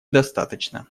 достаточно